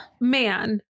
man